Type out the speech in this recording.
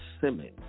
Simmons